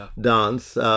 dance